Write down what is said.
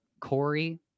Corey